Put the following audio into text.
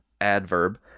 adverb